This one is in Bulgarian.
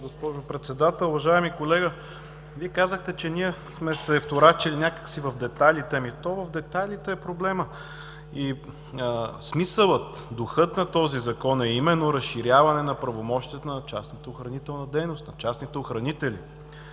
госпожо Председател. Уважаеми колега, Вие казахте, че ние сме се вторачили някак си в детайлите. Ами то в детайлите е проблемът. Смисълът, духът на този Закон е именно разширяване на правомощията на частната охранителна дейност, на частните охранители.